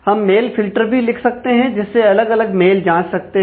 हम mail filter भी लिख सकते हैं जिससे अलग अलग मेल जांच सकते हैं